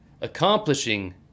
Accomplishing